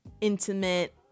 intimate